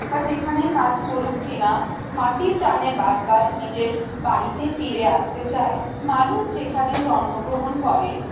বা যেখানেই কাজ করুক কিনা মাটির টানে বার বার নিজের বাড়িতে ফিরে আসতে চায় মানুষ যেখানে জন্মগ্রহণ করে